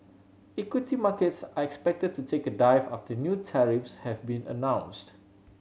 equity markets are expected to take a dive after new tariffs have been announced